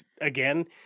again